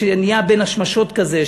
כשנהיה בין השמשות כזה,